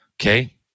Okay